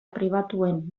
pribatuen